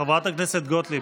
חברת הכנסת גוטליב.